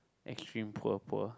extreme poor poor